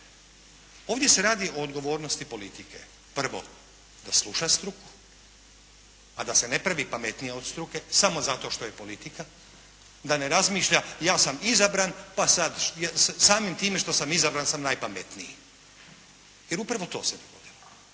Ovdje se radi o odgovornosti politike. Prvo da sluša struku, a da se ne pravi pametnija od struke, samo zato što je politika, da ne razmišlja, ja sam izabran, pa sada samim time što sam izabran sam najpametniji. Jer upravo to se dogodilo.